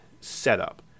setup